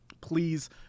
please